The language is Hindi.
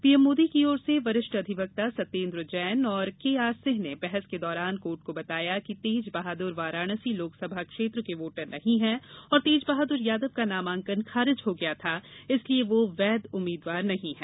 पीएम मोदी की ओर से वरिष्ठ अधिवक्ता सत्येंद्र जैन और के आर सिंह ने बहस के दौरान कोर्ट को बताया कि तेज बहादुर वाराणसी लोकसभा क्षेत्र के वोटर नहीं हैं और तेज बहादुर यादव का नामांकन खारिज हो गया था इसलिए वह वैध उम्मीदवार नहीं हैं